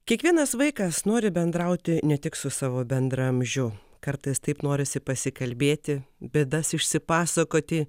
kiekvienas vaikas nori bendrauti ne tik su savo bendraamžiu kartais taip norisi pasikalbėti bėdas išsipasakoti